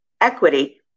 equity